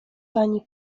pani